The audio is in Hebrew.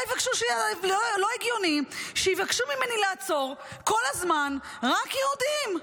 לא הגיוני שיבקשו ממני לעצור כל הזמן רק יהודים.